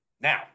Now